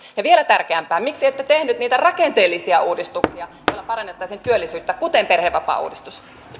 ja vielä tärkeämpää miksi ette tehneet niitä rakenteellisia uudistuksia joilla parannettaisiin työllisyyttä kuten perhevapaauudistus